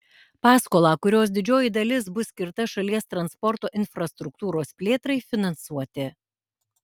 paskolą kurios didžioji dalis bus skirta šalies transporto infrastruktūros plėtrai finansuoti